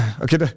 okay